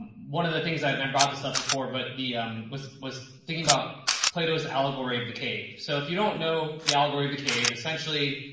one of the things that, and i brought this up before, but the was, was thinking about plato's allegory of the cave. so if you don't know the allegory of the cave, essentially,